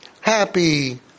happy